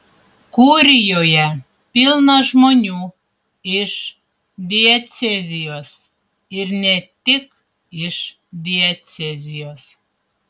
kurijoje pilna žmonių iš diecezijos ir ne tik iš diecezijos